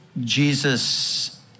Jesus